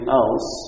else